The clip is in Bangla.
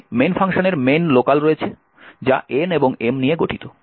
সেখানে main ফাংশনের main লোকাল রয়েছে যা N এবং M নিয়ে গঠিত